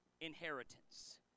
Inheritance